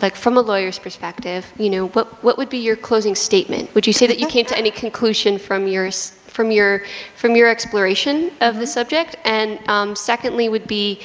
like from a lawyer's perspective, you know, what what would be your closing statement? would you say that you came to any conclusion from yours from your from your exploration of the subject? and secondly, would be